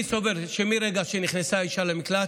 אני סובר שמרגע שנכנסה האישה למקלט,